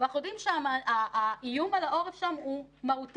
ואנחנו יודעים שהאיום על העורף שם הוא מהותי,